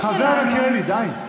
חבר הכנסת מלכיאלי,